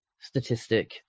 statistic